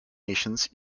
nations